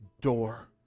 door